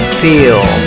feel